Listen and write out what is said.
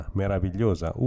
meravigliosa